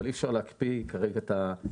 אבל אי אפשר להקפיא כרגע את האגרות,